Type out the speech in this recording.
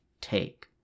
take